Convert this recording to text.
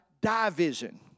division